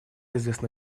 известно